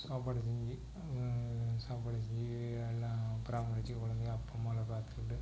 சாப்பாடு செஞ்சு சாப்பாடு செஞ்சு எல்லாம் பராமரித்து கொழந்தைக அப்பா அம்மா எல்லாம் பார்த்துக்கிட்டு